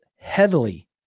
heavily